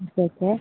okay okay